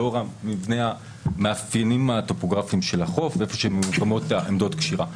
לאור המאפיינים הטופוגרפיים של החוף ומיקום של עמדות הקשירה.